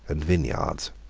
and vineyards.